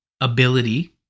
ability